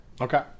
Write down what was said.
Okay